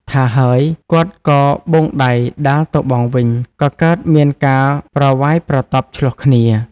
ថាហើយ គាត់ក៏បូងដៃដាល់ទៅបងវិញ ក៏កើតមានការប្រវាយប្រតប់ឈ្លោះគ្នា។